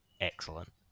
excellent